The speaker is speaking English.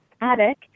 attic